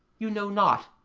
you know not,